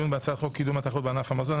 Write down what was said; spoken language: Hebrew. בהצעת חוק קידום התחרות בענף המזון.